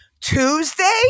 Tuesday